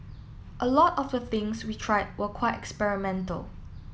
a lot of the things we tried were quite experimental